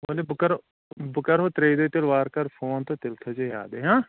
ؤلو بہٕ کَرو بہٕ کَرہو ترٛیٚیہِ دۄہہِ تیٚلہِ وارکار فون تہٕ تیٚلہِ تھٲیزیو یادٕے ہَہ